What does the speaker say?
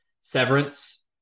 Severance